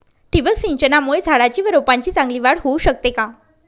ठिबक सिंचनामुळे झाडाची व रोपांची चांगली वाढ होऊ शकते का?